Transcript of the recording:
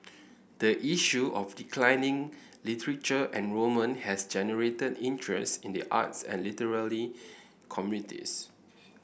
the issue of declining literature enrolment has generated interest in the arts and literary communities